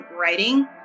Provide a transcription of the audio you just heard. writing